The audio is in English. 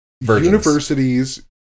universities